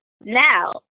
Now